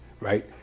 right